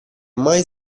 mai